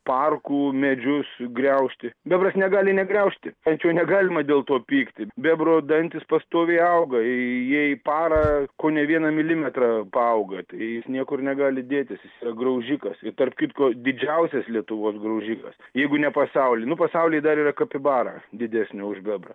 parkų medžius griaužti bebras negali negriaužti ant jo negalima dėl to pykti bebro dantys pastoviai auga jie į parą kone vieną milimetrą paauga tai jis niekur negali dėtis yra graužikas ir tarp kitko didžiausias lietuvos graužikas jeigu ne pasauly nu pasaulyje dar yra kapibara didesnė už bebrą